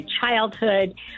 childhood